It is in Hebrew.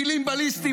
טילים בליסטיים.